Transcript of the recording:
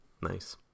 nice